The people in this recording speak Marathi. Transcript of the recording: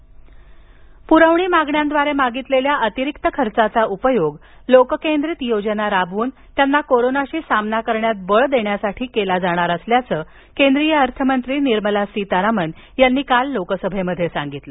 पुरवणी मागण्या पुरवणी मागण्यांद्वारे मागितलेल्या अतिरिक्त खर्चाचा उपयोग लोककेंद्रित योजना राबवून त्यांना कोरोनाशी सामना करण्यात बळ देण्यासाठी केला जाणार असल्याचं केंद्रीय अर्थमंत्री निर्मला सीतारामन यांनी काल लोकसभेत सांगितलं